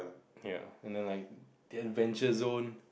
ya and then like the adventure zone